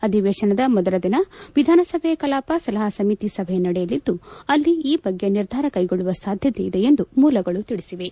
ಅಧಿವೇಶನದ ಮೊದಲ ದಿನ ವಿಧಾನಸಭೆ ಕಲಾಪ ಸಲಹಾ ಸಮಿತಿ ಸಭೆ ನಡೆಯಲಿದ್ದು ಅಲ್ಲಿ ಈ ಬಗ್ಗೆ ನಿರ್ಧಾರ ಕೈಗೊಳ್ಳುವ ಸಾಧ್ಯಕೆ ಇದೆ ಎಂದು ಮೂಲಗಳು ತಿಳಿಸಿವೆ